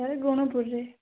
sir ଗୁଣୁପୁରରେ